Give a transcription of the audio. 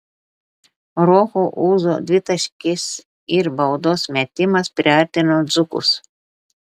roko ūzo dvitaškis ir baudos metimas priartino dzūkus